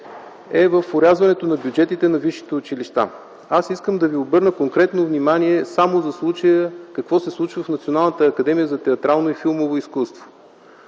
орязването на бюджетите на висшите училища. Искам да ви обърна конкретно внимание само за това какво се случва в Националната академия за театрално и филмово изкуство.